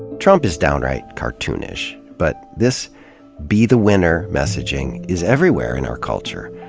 trump is downright cartoonish. but this be the winner messaging is everywhere in our culture.